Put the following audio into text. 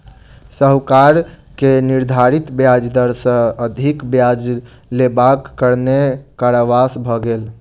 साहूकार के निर्धारित ब्याज दर सॅ अधिक ब्याज लेबाक कारणेँ कारावास भ गेल